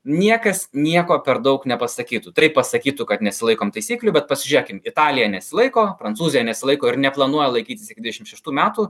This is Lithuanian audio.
niekas nieko per daug nepasakytų pasakytų kad nesilaikom taisyklių bet pasižiūrėkim italija nesilaiko prancūzija nesilaiko ir neplanuoja laikytis iki dvidešim šeštų metų